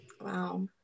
wow